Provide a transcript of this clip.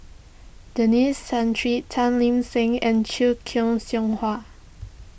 Denis Santry Tan Lip Seng and Siew Hua